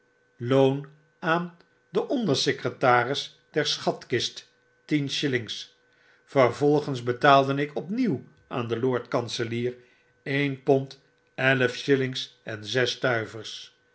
loon aan den ondersecretaris der schatkist tien shillings vervolgens betaalde ik opnieuw aan den lord kanselier een pond elf shillings en zes stuivers